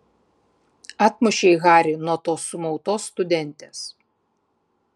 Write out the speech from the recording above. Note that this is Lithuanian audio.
atmušei harį nuo tos sumautos studentės